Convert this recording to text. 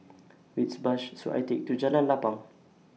Which Bus should I Take to Jalan Lapang